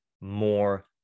more